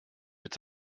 mit